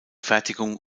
fertigung